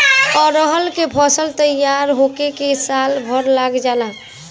अरहर के फसल तईयार होखला में साल भर लाग जाला